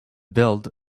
build